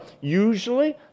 usually